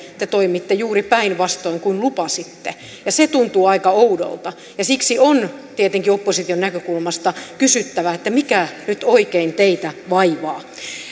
te toimitte juuri päinvastoin kuin lupasitte se tuntuu aika oudolta ja siksi on tietenkin opposition näkökulmasta kysyttävä mikä teitä nyt oikein vaivaa